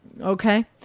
Okay